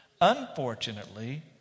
Unfortunately